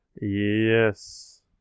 Yes